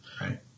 Right